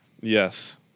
Yes